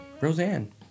Roseanne